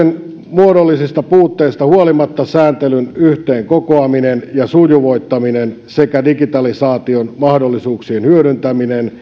muodollisista puutteista huolimatta sääntelyn yhteen kokoaminen ja sujuvoittaminen sekä digitalisaation mahdollisuuksien hyödyntäminen